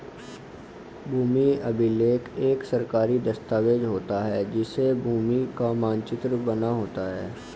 भूमि अभिलेख एक सरकारी दस्तावेज होता है जिसमें भूमि का मानचित्र बना होता है